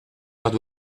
heure